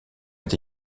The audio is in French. est